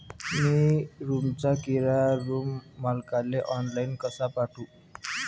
मी रूमचा किराया रूम मालकाले ऑनलाईन कसा पाठवू?